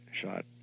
shot